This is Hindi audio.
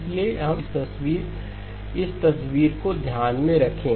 इसलिए इस तस्वीर को ध्यान में रखें